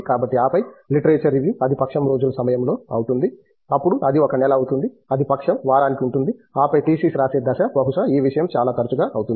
కాబట్టి ఆపై literature review అది పక్షం రోజుల సమయంలో అవుతుంది అప్పుడు అది ఒక నెల అవుతుంది అది పక్షం వారానికి ఉంటుంది ఆపై థీసిస్ రాసే దశ బహుశా ఈ విషయం చాలా తరచుగా అవుతుంది